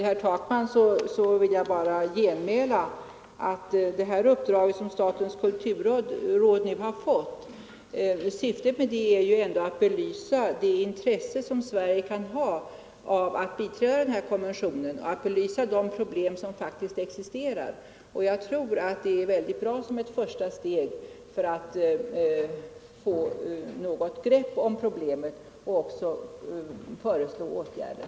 Herr talman! Jag vill bara genmäla till herr Takman att syftet med det uppdrag som statens kulturråd har fått är att belysa det intresse som Sverige kan ha av att tillämpa konventionen och att klarlägga de problem som faktiskt existerar. Jag tror det är mycket bra som ett första steg för att få ett grepp om problemen och att kunna föreslå lämpliga åtgärder.